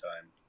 time